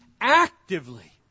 actively